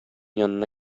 янына